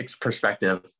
perspective